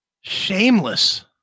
shameless